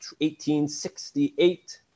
1868